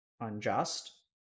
Unjust